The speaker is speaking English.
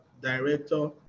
director